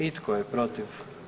I tko je protiv?